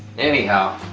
anyhow,